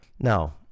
Now